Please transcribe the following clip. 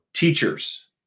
Teachers